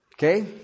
Okay